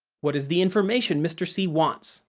what is the information mr. c wants?